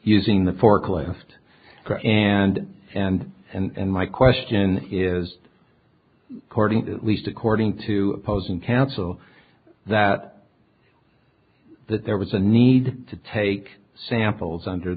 using the forklift and and and my question is according to least according to opposing counsel that that there was a need to take samples under